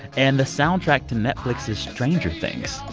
and the soundtrack to netflix's stranger things.